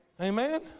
Amen